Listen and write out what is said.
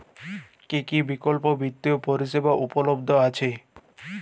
কী কী বিকল্প বিত্তীয় পরিষেবা উপলব্ধ আছে?